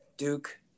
duke